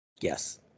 Yes